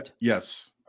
Yes